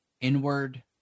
inward